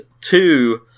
two